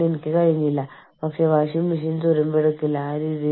അതിനാൽ നിങ്ങൾ പറയുന്നു ഇത്രയധികം ഡോളർന് തുല്യമായ ഇത്രയധികം ഇന്ത്യൻ രൂപ